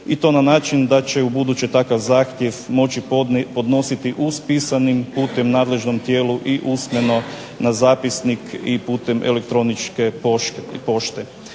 i to na način da će ubuduće takav zahtjev moći podnositi uz pisanim putem nadležnom tijelu i usmeno na zapisnik i putem elektroničke pošte.